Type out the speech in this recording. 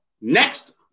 next